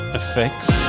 effects